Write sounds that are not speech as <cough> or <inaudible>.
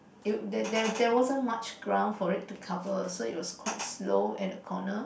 <noise> there there there wasn't much ground for it cover so it was quite slow at the corner